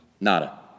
Nada